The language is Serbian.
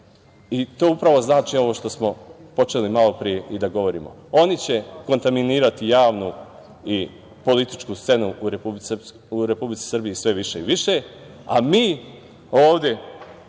i to upravo znači ovo što smo počeli malopre da govorimo. Oni će kontaminirati javnu i političku scenu u Republici Srbiji sve više i više, a mi ovde